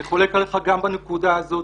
אני חולק עליך גם בנקודה הזאת.